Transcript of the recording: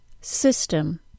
System